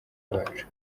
bacu